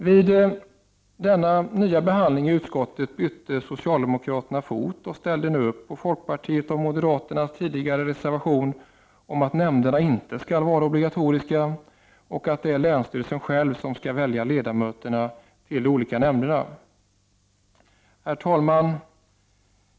Vid denna nya behandling i utskottet bytte socialdemokraterna fot och ställde nu upp på folkpartiets och moderaternas tidigare reservation om att nämnderna inte skall vara obligatoriska och att det är länsstyrelsen själv som skall välja ledamöter till de olika nämnerna. Herr talman!